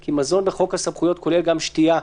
כי מזון בחוק הסמכויות כולל גם שתייה.